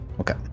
Okay